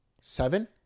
Seven